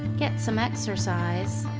get some exercise.